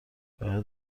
باید